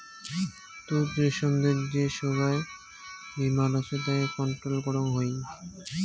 তুত রেশমদের যে সোগায় বীমার হসে তাকে কন্ট্রোল করং হই